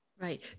Right